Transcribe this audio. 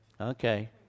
okay